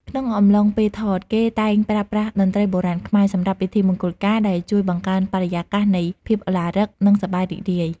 ក្នុងអំឡុងពេលថត គេតែងប្រើប្រាស់ តន្រ្តីបុរាណខ្មែរ សម្រាប់ពិធីការមង្គលការ ដែលជួយបង្កើនបរិយាកាសនៃភាពឧឡារិក និងសប្បាយរីករាយ។